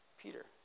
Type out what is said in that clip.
Peter